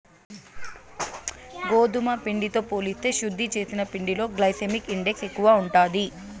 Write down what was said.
గోధుమ పిండితో పోలిస్తే శుద్ది చేసిన పిండిలో గ్లైసెమిక్ ఇండెక్స్ ఎక్కువ ఉంటాది